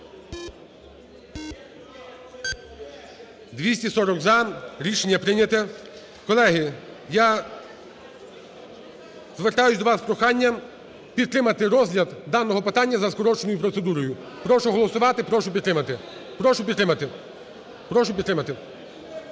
За-240 Рішення прийняте. Колеги, я звертаюсь до вас з проханням підтримати розгляд даного питання за скороченою процедурою. Прошу голосувати, прошу підтримати. Прошу підтримати.